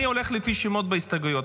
אני הולך לפי שמות בהסתייגויות.